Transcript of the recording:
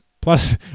plus